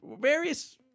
Various